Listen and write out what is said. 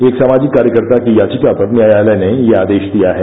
एक सामाजिक कार्यकर्ता की याचिका पर न्यायालय ने ये आदेश दिया है